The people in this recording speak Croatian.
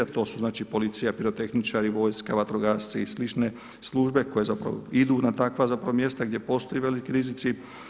A to su znači policija, pirotehničari, vojska, vatrogasci i sl. službe koje zapravo idu na takva mjesta gdje postoje veliki rizici.